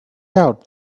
out